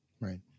Right